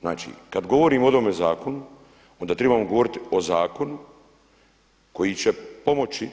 Znači kada govorimo o ovome zakonu onda tribamo govoriti o zakonu koji će pomoći